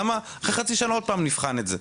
למה אחרי חצי שנה עוד פעם "נבחן את זה".